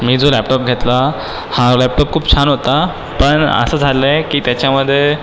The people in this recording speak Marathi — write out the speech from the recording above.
मी जो लॅपटॉप घेतला हा लॅपटॉप खूप छान होता पण असं झालं आहे की त्याच्यामध्ये